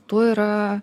tuo yra